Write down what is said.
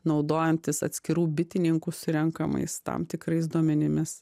naudojantis atskirų bitininkus surenkamais tam tikrais duomenimis